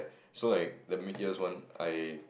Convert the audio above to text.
so like the mid years one I